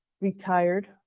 retired